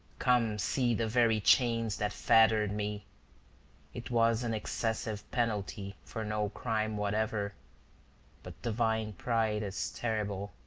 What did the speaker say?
come see the very chains that fettered me it was an excessive penalty for no crime whatever but divine pride is terrible.